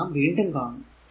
അത് നാം വീണ്ടും കാണും